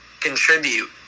contribute